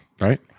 Right